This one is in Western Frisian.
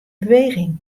beweging